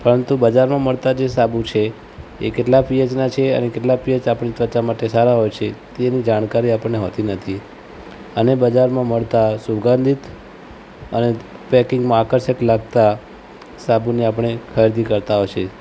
પરતું બજારમાં મળતા જે સાબુ છે એ કેટલાં પી એચના છે અને કેટલાં પી એચ આપણી ત્વચા માટે સારા હોય છે તેની જાણકારી આપણને હોતી નથી અને બજારમાં મળતા સુગંધિત અને પૅકિંગમાં આકર્ષક લાગતા સાબુની આપણે ખરીદી કરતા હોય છે